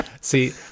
See